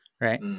Right